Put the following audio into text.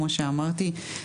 כמו שאמרתי,